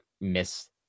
miss